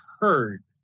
heard